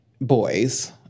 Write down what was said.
boys